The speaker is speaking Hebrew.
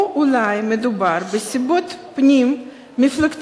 או אולי מדובר בסיבות פנים-מפלגתיות,